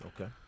Okay